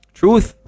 truth